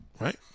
right